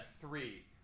three